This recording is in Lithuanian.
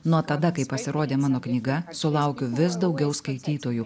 nuo tada kai pasirodė mano knyga sulaukiu vis daugiau skaitytojų